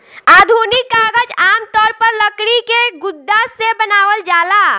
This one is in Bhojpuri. आधुनिक कागज आमतौर पर लकड़ी के गुदा से बनावल जाला